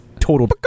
total